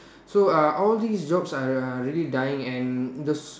so err all these jobs are really dying and the s~